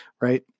right